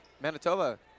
Manitoba